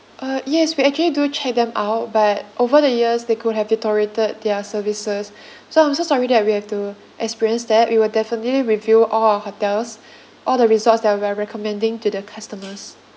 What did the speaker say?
uh yes we actually do check them out but over the years they could have deteriorated their services so I'm so sorry that you have to experience that we will definitely review all our hotels all the resorts that we are recommending to the customers